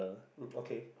um okay